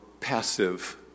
passive